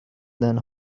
than